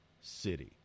city